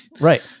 Right